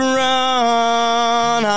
run